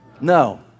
No